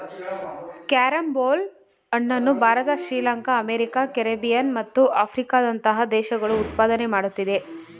carrom ಬೋಲ್ ಹಣ್ಣನ್ನು Bharat Sri Lanka America Caribbean ಮತ್ತು ಆಫ್ರಿಕಾದಂತಹ ದೇಶಗಳು ಉತ್ಪಾದನೆ ಮಾಡುತ್ತಿದೆ